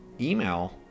email